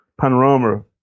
panorama